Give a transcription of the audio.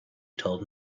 told